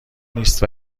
نیست